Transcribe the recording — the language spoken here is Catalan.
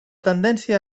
tendència